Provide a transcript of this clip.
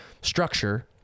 structure